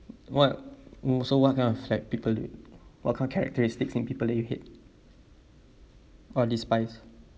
what also what kind of like people do you what kind of characteristics in people that you hate or despise